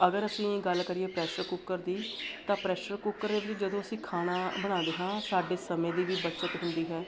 ਅਗਰ ਅਸੀਂ ਗੱਲ ਕਰੀਏ ਪ੍ਰੈਸ਼ਰ ਕੁੱਕਰ ਦੀ ਤਾਂ ਪ੍ਰੈਸ਼ਰ ਕੁੱਕਰ ਵਿਚ ਜਦੋਂ ਅਸੀਂ ਖਾਣਾ ਬਣਾਉਂਦੇ ਹਾਂ ਸਾਡੇ ਸਮੇਂ ਦੀ ਵੀ ਬੱਚਤ ਹੁੰਦੀ ਹੈ